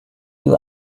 you